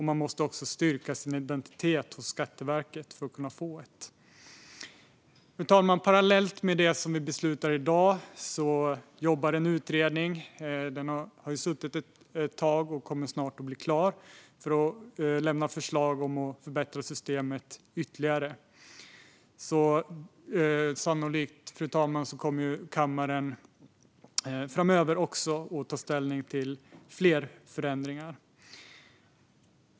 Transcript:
Man måste också styrka sin identitet hos Skatteverket för att kunna få ett samordningsnummer. Fru talman! Parallellt med det som vi beslutar i dag jobbar en utredning. Den har suttit ett tag och kommer snart att bli klar att lämna förslag för att förbättra systemet ytterligare. Sannolikt kommer kammaren framöver, fru talman, att få ta ställning till fler förändringar.